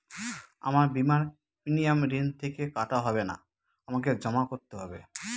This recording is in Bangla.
আমার বিমার প্রিমিয়াম ঋণ থেকে কাটা হবে না আমাকে জমা করতে হবে?